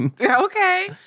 Okay